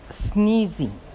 sneezing